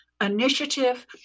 initiative